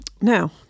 now